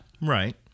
Right